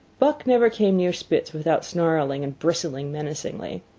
buck never came near spitz without snarling and bristling menacingly.